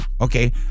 okay